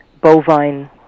bovine